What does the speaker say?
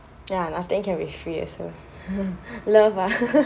ya nothing can be free also love ah